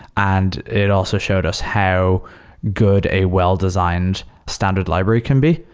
and it also showed us how good a well-designed standard library can be,